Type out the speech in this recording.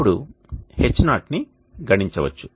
ఇప్పుడు Ho ని గణించవచ్చు